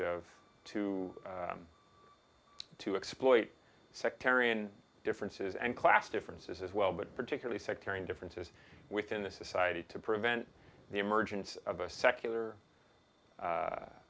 of to to exploit sectarian differences and class differences as well but particularly sectarian differences within the society to prevent the emergence of a secular